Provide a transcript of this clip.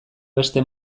beste